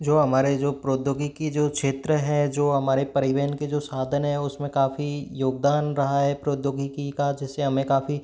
जो हमारे जो प्रौद्योगिकी की जो क्षेत्र है जो हमारे परिवहन के जो साधन है उसमें काफ़ी योगदान रहा है प्रौद्योगिकी का जैसे हमें काफ़ी